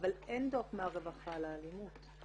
אבל אין דו"ח מהרווחה על אלימות.